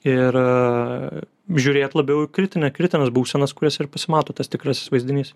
ir žiūrėt labiau į kritinę kritines būsenas kurios ir pasimato tas tikrasis vaizdinys